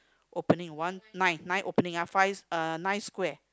opening one nine nine opening ah five uh nine square